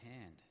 hand